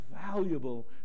valuable